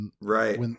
Right